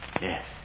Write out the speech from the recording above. Yes